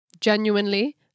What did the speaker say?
genuinely